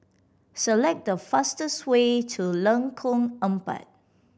select the fastest way to Lengkong Empat